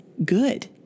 good